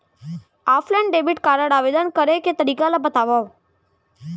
Offline debit card आवेदन करे के तरीका ल बतावव?